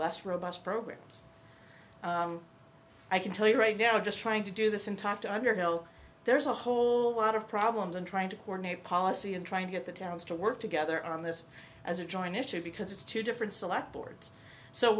less robust programs i can tell you right now just trying to do this in talk to underhill there's a whole lot of problems in trying to coordinate policy and trying to get the towns to work together on this as a join issue because it's two different select boards so